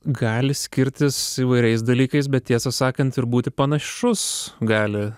gali skirtis įvairiais dalykais bet tiesą sakant ir būti panašus gali